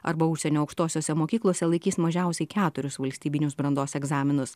arba užsienio aukštosiose mokyklose laikys mažiausiai keturis valstybinius brandos egzaminus